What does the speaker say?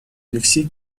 алексей